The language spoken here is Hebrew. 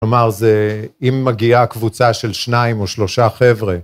כלומר זה אם מגיעה קבוצה של שניים או שלושה חבר'ה.